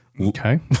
Okay